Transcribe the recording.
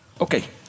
Okay